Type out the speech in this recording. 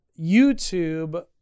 YouTube –